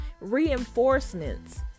reinforcements